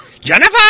Jennifer